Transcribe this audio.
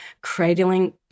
cradling